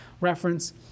reference